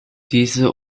diese